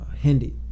Hindi